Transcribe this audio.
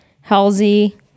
Halsey